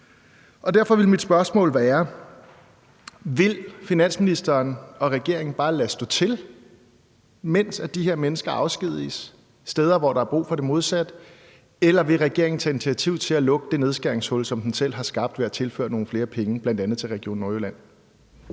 Derfor vil mit spørgsmål være: Vil finansministeren og regeringen bare lade stå til, mens de her mennesker afskediges fra steder, hvor der er brug for det modsatte, eller vil regeringen tage initiativ til at lukke det nedskæringshul, som den selv har skabt, ved at tilføre nogle flere penge, bl.a. til Region